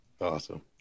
awesome